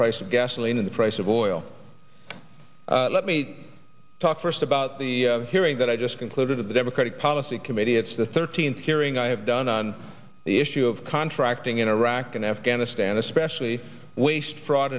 price of gasoline in the price of oil let me talk first about the hearing that i just concluded at the democratic policy committee it's the thirteenth hearing i have done on the issue of contracting in iraq and afghanistan especially waste frau